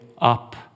up